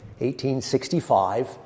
1865